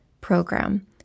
program